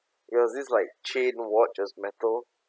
it was this like chain watch it was metal